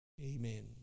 amen